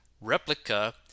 Replica